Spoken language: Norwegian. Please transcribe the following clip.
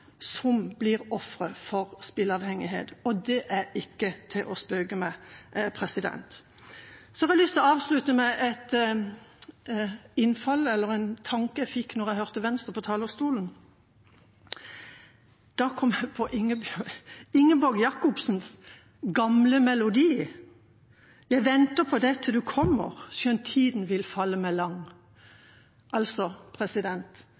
som blir ofre for spilleavhengighet, og det er ikke til å spøke med. Så har jeg lyst til å avslutte med en tanke jeg fikk da jeg hørte Venstre på talerstolen. Da kom jeg på Inger Jacobsens gamle melodi: «Jeg venter på deg til du kommer, skjønt tiden vil falle meg